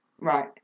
Right